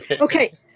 Okay